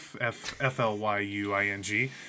F-L-Y-U-I-N-G